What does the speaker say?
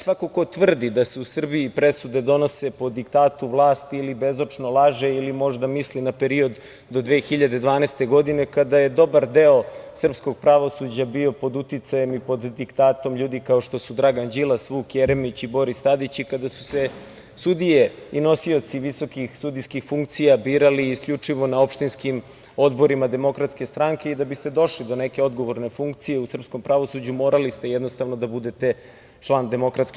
Svako ko tvrdi da se u Srbiji presude donose po diktatu vlasti ili bezočno laže ili možda misli na period do 2012. godine kada je dobar deo srpskog pravosuđa bio pod uticajem i pod diktatom ljudi, kao što su Dragan Đilas, Vuk Jeremić i Boris Tadić, i kada su se sudije i nosioci visokih sudijskih funkcija birali i isključivo na opštinskim odborima DS i da biste došli do neke odgovorne funkcije u srpskom pravosuđu morali ste jednostavno da budete član DS.